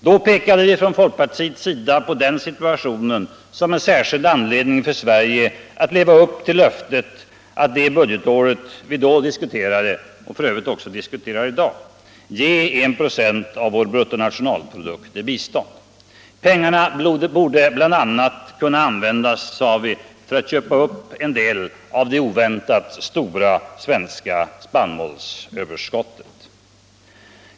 Då pekade vi från folkpartiets sida på den situationen som en särskild anledning för Sverige att leva upp till löftet att det budgetåret vi då diskuterade — och f. ö. även diskuterar i dag — ge 1 96 av vår bruttonationalprodukt till bistånd. Pengarna borde bl.a. kunna användas, sade vi, till att köpa upp en del av det oväntat stora svenska spannmålsöverskottet.